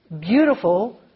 beautiful